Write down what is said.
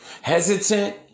Hesitant